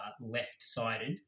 left-sided